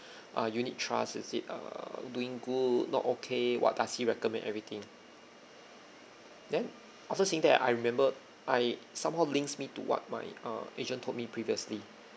uh unit trust is it err doing good not okay what does he recommend everything then after saying that I remembered I somehow links me to what my uh agent told me previously